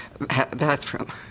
bathroom